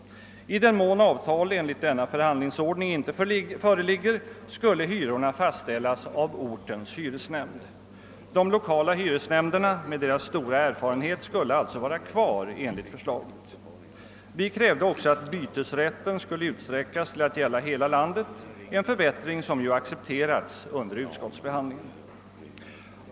I den mån avtal enligt denna förhandlingsordning inte föreligger skulle hyrorna fastställas av ortens hyresnämnd. De lokala hyresnämnderna med deras stora erfarenhet skulle alltså vara kvar enligt för slaget. Vi krävde också att bytesrätten skulle utsträckas till att gälla hela landet, en förbättring som ju accepterats under utskottsbehandlingen.